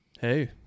hey